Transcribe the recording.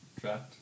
Draft